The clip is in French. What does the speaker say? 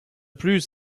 plus